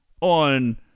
on